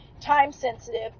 time-sensitive